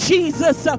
Jesus